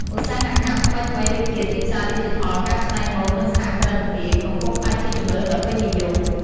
ឧស្សាហកម្មថ្មីៗដូចជា ទីផ្សារឌីជីថល ការច្នៃម៉ូត និងសហគ្រិនភាព កំពុងក្លាយជាជម្រើសដ៏ពេញនិយម។